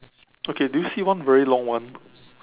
okay do you see one very long one